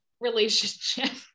relationship